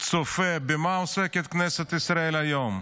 צופה במה עוסקת כנסת ישראל היום,